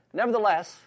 nevertheless